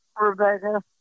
Rebecca